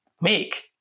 make